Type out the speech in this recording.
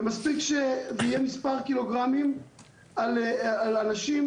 ומספיק שזה יהיה מספר קילוגרמים על אנשים